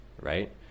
right